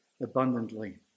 abundantly